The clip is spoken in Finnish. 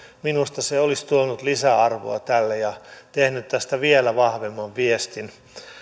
minusta se olisi tuonut lisäarvoa tälle ja tehnyt tästä vielä vahvemman viestin